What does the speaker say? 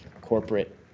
corporate